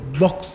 box